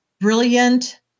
brilliant